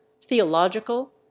theological